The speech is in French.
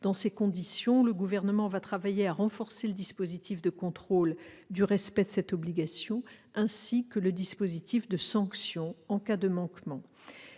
Dans ces conditions, le Gouvernement va travailler à renforcer le dispositif de contrôle du respect de cette obligation, ainsi que le dispositif de sanctions en cas de manquement.